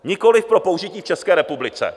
Nikoliv pro použití v České republice.